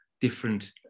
different